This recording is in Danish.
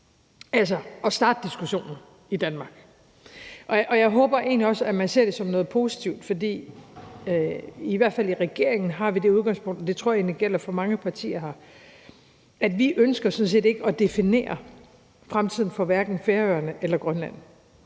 altså at starte diskussionen i Danmark. Jeg håber egentlig også, man ser det som noget positivt, for i hvert fald i regeringen har vi det udgangspunkt, og det tror jeg egentlig gælder for mange partier her, at vi sådan set ikke ønsker at definere fremtiden for Færøerne eller Grønland.